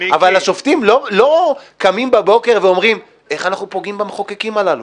אבל השופטים לא קמים בבוקר ואומרים: איך אנחנו פוגעים במחוקקים הללו.